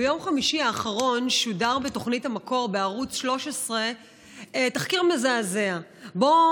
ביום חמישי האחרון שודר בתוכנית המקור בערוץ 13 תחקיר מזעזע שבו